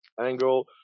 angle